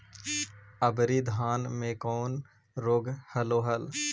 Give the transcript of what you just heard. अबरि धाना मे कौन रोग हलो हल?